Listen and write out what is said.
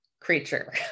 creature